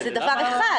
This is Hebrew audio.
זה דבר אחד.